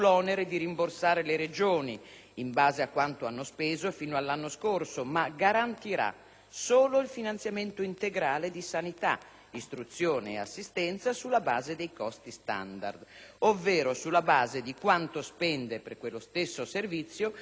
in base a quanto hanno speso fino all'anno scorso, ma garantirà solo il finanziamento integrale di sanità, istruzione e assistenza sulla base dei costi standard, ovvero sulla base di quanto spende per quello stesso servizio una Regione virtuosa.